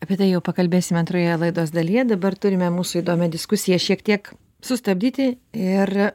apie tai jau pakalbėsime antroje laidos dalyje dabar turime mūsų įdomią diskusiją šiek tiek sustabdyti ir